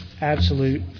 absolute